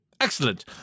Excellent